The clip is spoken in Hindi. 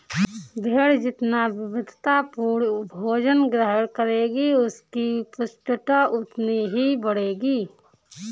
भेंड़ जितना विविधतापूर्ण भोजन ग्रहण करेगी, उसकी पुष्टता उतनी ही बढ़ेगी